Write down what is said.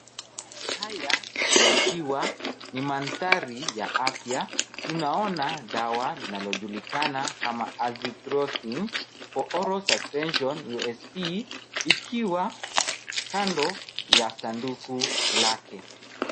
Haya yakiwa ni mandhari ya afya, tunaona dawa linalojulikana Azithromycin for oral suspension USP ikiwa kando ya sanduku lake.